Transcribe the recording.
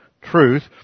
truth